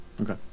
Okay